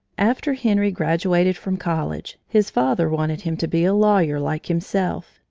after henry graduated from college, his father wanted him to be a lawyer, like himself,